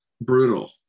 Brutal